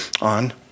on